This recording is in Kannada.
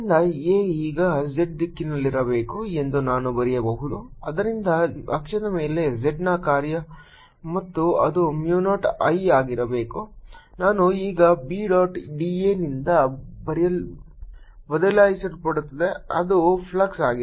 daϕ Az 2 R2R2z232 ϕπa2Bπa2NLI Azz a2NIL L2π2L2π2z232 ಆದ್ದರಿಂದ A ಈಗ z ದಿಕ್ಕಿನಲ್ಲಿರಬೇಕು ಎಂದು ನಾನು ಬರೆಯಬಹುದು ಆದ್ದರಿಂದ ಅಕ್ಷದ ಮೇಲೆ z ನ ಕಾರ್ಯ ಮತ್ತು ಅದು mu 0 I ಆಗಿರಬೇಕು ನಾನು ಈಗ B ಡಾಟ್ d a ನಿಂದ ಬದಲಾಯಿಸಲ್ಪಡುತ್ತದೆ ಅದು ಫ್ಲಕ್ಸ್ ಆಗಿದೆ